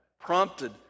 Prompted